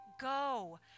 go